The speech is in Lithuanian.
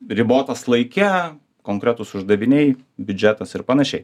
ribotas laike konkretūs uždaviniai biudžetas ir panašiai